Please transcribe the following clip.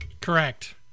Correct